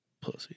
pussy